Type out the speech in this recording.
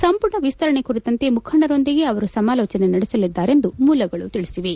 ಸಂಪುಟ ವಿಸ್ತರಣೆ ಕುರಿತಂತೆ ಮುಖಂಡರೊಂದಿಗೆ ಅವರು ಸಮಾಲೋಚನೆ ನಡೆಸಲಿದ್ದಾರೆ ಎಂದು ಮೂಲಗಳು ತಿಳಿಸಿವೆ